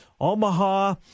Omaha